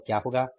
तो अब क्या होगा